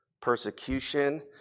persecution